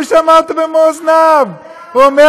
הוא שמע אותו במו אוזניו אומר,